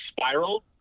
Spiral